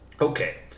Okay